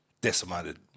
decimated